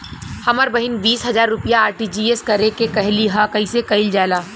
हमर बहिन बीस हजार रुपया आर.टी.जी.एस करे के कहली ह कईसे कईल जाला?